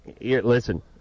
Listen